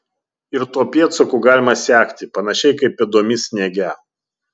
ir tuo pėdsaku galima sekti panašiai kaip pėdomis sniege